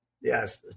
Yes